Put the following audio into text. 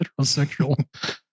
heterosexual